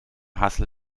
hassel